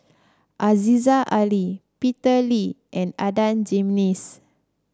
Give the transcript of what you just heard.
Aziza Ali Peter Lee and Adan Jimenez